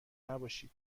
نباشین